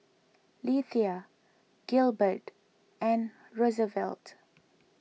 Lethia Gilbert and Rosevelt